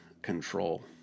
Control